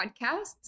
Podcasts